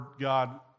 God